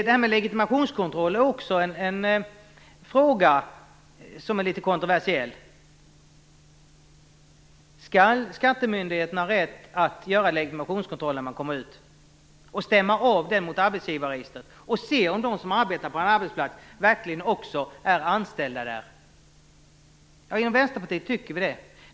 Det här med legitimationskontroll är också en fråga som är litet kontroversiell. Skall skattemyndigheten ha rätt att göra legitimationskontroll när man kommer ut, stämma av mot arbetsgivaravgiften och se om de som arbetar på en arbetsplats verkligen är anställda där? Ja, inom Vänsterpartiet tycker vi det.